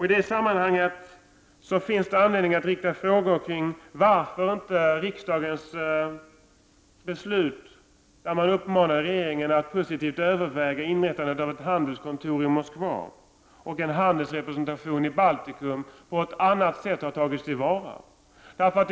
I detta sammanhang finns det skäl att ställa frågor om varför inte riksdagens beslut, i vilket regeringen uppmanas att positivt överväga inrättandet av ett handelskontor i Moskva och en handelsrepresentation i Baltikum, har tagits till vara på ett annat sätt.